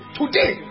today